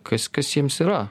kas kas jiems yra